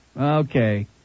Okay